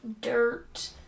dirt